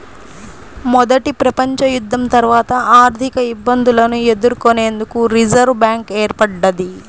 మొదటి ప్రపంచయుద్ధం తర్వాత ఆర్థికఇబ్బందులను ఎదుర్కొనేందుకు రిజర్వ్ బ్యాంక్ ఏర్పడ్డది